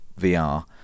VR